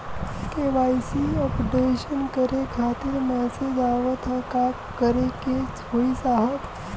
KYC updation करें खातिर message आवत ह का करे के होई साहब?